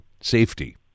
safety